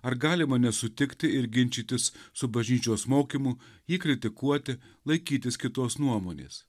ar galima nesutikti ir ginčytis su bažnyčios mokymu jį kritikuoti laikytis kitos nuomonės